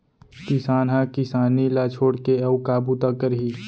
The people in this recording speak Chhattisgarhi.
किसान ह किसानी ल छोड़ के अउ का बूता करही